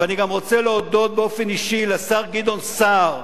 ואני גם רוצה להודות באופן אישי לשר גדעון סער,